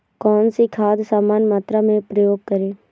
कौन सी खाद समान मात्रा में प्रयोग करें?